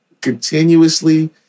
continuously